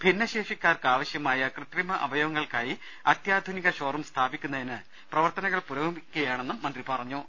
ഭിന്നശേഷിക്കാർക്ക് ആവശ്യമായ കൃത്രിമ അവയവങ്ങൾക്കായി അത്യാധുനിക ഷോറും സ്ഥാപിക്കുന്നതിന് പ്രവർത്തനങ്ങൾ പുരോഗമിക്കുകയാണെന്നും മന്ത്രി പറഞ്ഞു